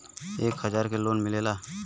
एक हजार के लोन मिलेला?